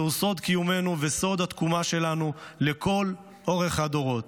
זהו סוד קיומנו וסוד התקומה שלנו לכל אורך הדורות.